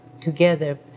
together